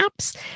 apps